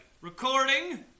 recording